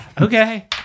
okay